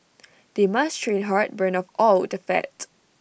they must train hard burn off all the fat